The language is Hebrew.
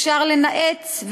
אפשר לנאץ,